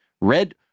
red